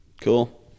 Cool